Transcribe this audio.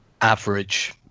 average